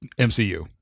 MCU